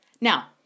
Now